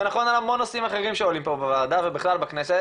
זה נכון להרבה מאוד נושאים אחרים שעולים פה בוועדה ובכלל בכנסת,